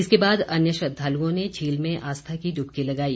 इसके बाद अन्य श्रद्वालुओं ने झील में आस्था की डूबकी लगाई